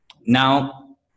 now